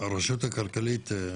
הרשות הכלכלית,